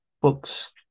books